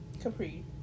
Capri